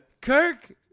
Kirk